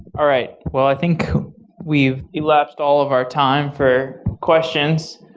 all right. well, i think we've elapsed all of our time for questions.